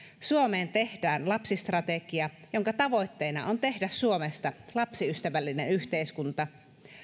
suomeen tehdään lapsistrategia jonka tavoitteena on tehdä suomesta lapsiystävällinen yhteiskunta